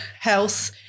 health